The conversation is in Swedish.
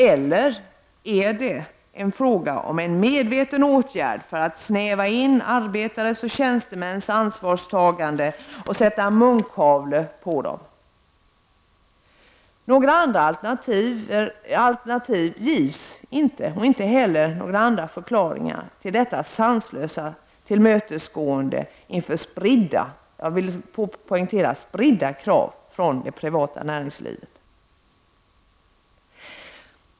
Eller är det fråga om en medveten åtgärd för att snäva in arbetares och tjänstemäns ansvarstagande och sätta munkavle på dem? Något annat alternativ gives inte och inte heller någon annan förklaring till detta sanslösa tillmötesgående inför spridda — jag vill poängtera spridda — krav från det privata näringslivet.